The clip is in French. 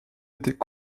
était